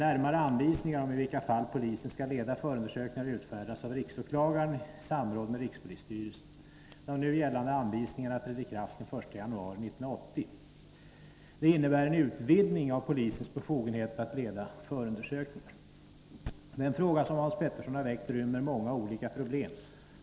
Närmare anvisningar i vilka fall polisen skall leda förundersökningar har utfärdats av riksåklagaren i samråd med rikspolisstyrelsen. De nu gällande anvisningarna trädde i kraft den 1 januari 1980. Det innebar en utvidgning av polisens befogenhet att leda förundersökningar. Den fråga som Hans Petersson har väckt rymmer många olika problem.